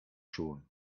schon